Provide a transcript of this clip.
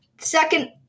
Second